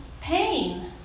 Pain